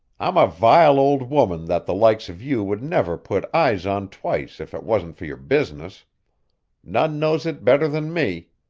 i'm a vile old woman that the likes of you would never put eyes on twice if it wasn't for your business none knows it better than me.